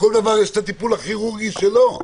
לכל דבר יש את הטיפול הכירורגי שלו.